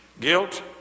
Guilt